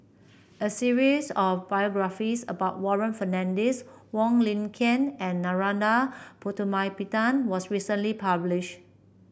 a series of biographies about Warren Fernandez Wong Lin Ken and Narana Putumaippittan was recently publish